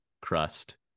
crust